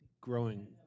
growing